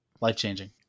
Life-changing